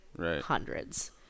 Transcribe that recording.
hundreds